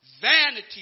vanity